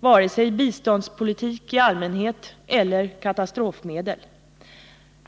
vare sig biståndspolitik i allmänhet eller katastrofmedel.